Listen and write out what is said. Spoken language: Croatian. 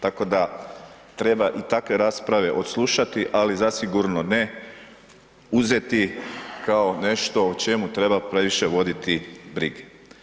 Tako da, treba i takve rasprave odslušati, ali zasigurno ne uzeti kao nešto o čemu treba previše voditi brige.